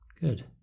Good